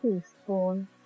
teaspoon